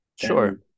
Sure